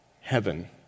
heaven